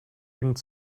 irgend